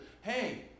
hey